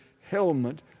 helmet